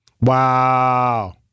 Wow